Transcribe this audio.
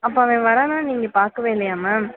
அப்போ அவன் வர்றானான்னு நீங்கள் பார்க்கவே இல்லையா மேம்